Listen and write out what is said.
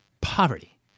poverty